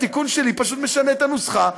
התיקון שלי פשוט משנה את הנוסחה,